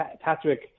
Patrick